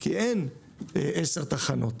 כי אין עשר תחנות.